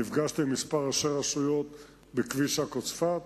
נפגשתי עם כמה ראשי רשויות בכביש עכו צפת.